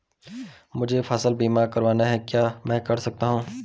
मुझे फसल बीमा करवाना है क्या मैं कर सकता हूँ?